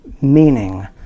meaning